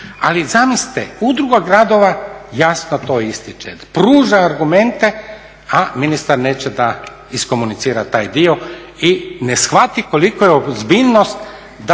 Ali zamislite Udruga gradova jasno to ističe, pruža argumente, a ministar neće da iskomunicira taj dio i ne shvati koliko je ozbiljnost da